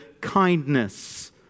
kindness